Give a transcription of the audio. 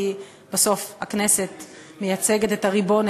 כי בסוף הכנסת מייצגת את הריבון,